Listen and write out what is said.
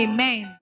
Amen